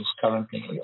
currently